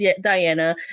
Diana